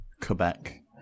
quebec